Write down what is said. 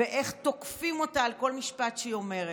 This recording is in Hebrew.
ואיך תוקפים אותה על כל משפט שהיא אומרת.